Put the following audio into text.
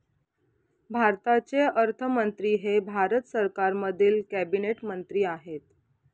भारताचे अर्थमंत्री हे भारत सरकारमधील कॅबिनेट मंत्री आहेत